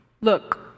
Look